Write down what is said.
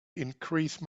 increase